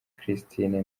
christine